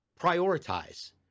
prioritize